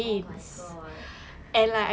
oh my god